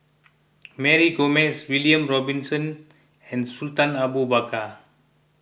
Mary Gomes William Robinson and Sultan Abu Bakar